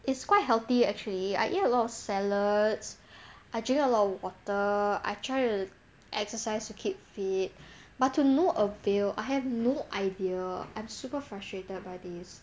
it's quite healthy actually I eat a lot of salads I drink a lot of water I try to exercise to keep fit but to no avail I have no idea I'm super frustrated by this